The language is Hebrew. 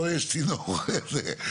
פה יש צינור זה.